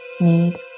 need